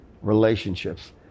relationships